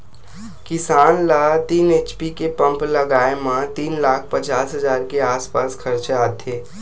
किसान ल तीन एच.पी के पंप लगाए म तीन लाख पचास हजार के आसपास खरचा आथे